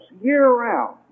year-round